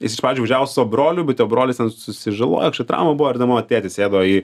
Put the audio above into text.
jis iš pradžių važiavo su savo broliu bet jo brolis ten susižalojo kažkokia trauma buvo ir tada mano tėtis sėdo į